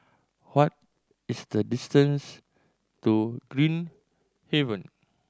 what is the distance to Green Haven